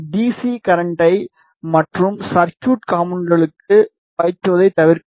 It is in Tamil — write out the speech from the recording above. சி கரண்ட்டை மற்ற சர்குய்ட் காம்போனென்ட்களுக்குள் பாய்ச்சுவதைத் தவிர்க்க வேண்டும்